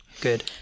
good